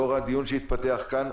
לאור הדיון שהתפתח כאן,